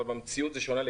במציאות זה שונה.